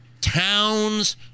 towns